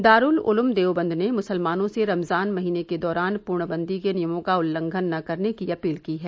दारूल उलूम देवबंद ने मुसलमानों से रमजान महीने के दौरान पूर्णबंदी के नियमों का उल्लंघन न करने की अपील की है